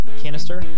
canister